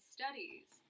Studies